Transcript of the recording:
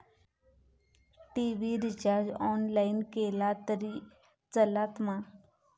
TV recharge online केला तरी चलात मा?